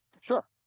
Sure